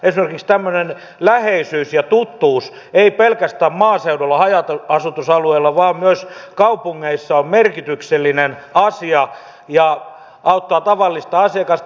esimerkiksi tämmöinen läheisyys ja tuttuus ei pelkästään maaseudulla haja asutusalueella vaan myös kaupungeissa on merkityksellinen asia ja auttaa tavallista asiakasta